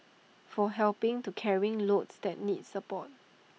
for helping to carrying loads that need support